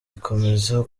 ikomeza